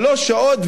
שלוש שעות,